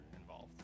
involved